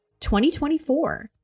2024